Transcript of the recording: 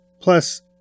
Plus